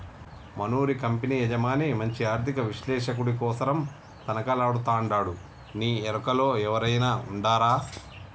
మనూరి కంపెనీ యజమాని మంచి ఆర్థిక విశ్లేషకుడి కోసరం తనకలాడతండాడునీ ఎరుకలో ఎవురైనా ఉండారా